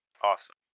Awesome